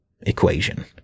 equation